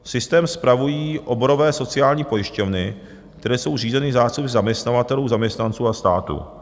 Systém spravují oborové sociální pojišťovny, které jsou řízeny zástupci zaměstnavatelů, zaměstnanců a státu.